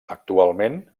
actualment